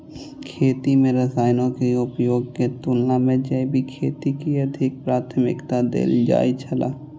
खेती में रसायनों के उपयोग के तुलना में जैविक खेती के अधिक प्राथमिकता देल जाय छला